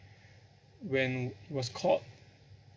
when he was caught